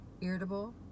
Irritable